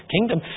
kingdom